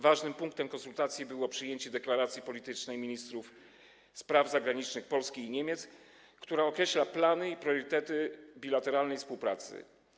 Ważnym punktem konsultacji było przyjęcie deklaracji politycznej ministrów spraw zagranicznych Polski i Niemiec, która określa plany i priorytety bilateralnej współpracy.